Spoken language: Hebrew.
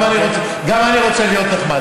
גם אני רוצה להיות נחמד.